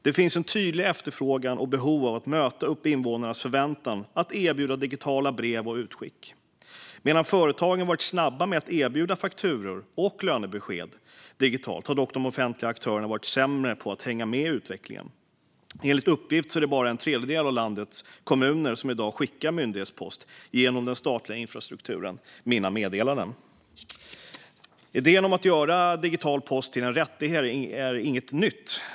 Det finns en tydlig efterfrågan och ett behov av att möta invånarnas förväntningar om att erbjuda digitala brev och utskick. Medan företagen har varit snabba med att erbjuda fakturor och lönebesked digitalt har dock de offentliga aktörerna varit sämre på att hänga med i utvecklingen. Enligt uppgift är det bara en tredjedel av landets kommuner som i dag skickar myndighetspost genom den statliga infrastrukturen Mina meddelanden. Idén om att göra digital post till en rättighet är inget nytt.